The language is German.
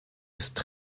ist